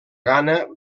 ghana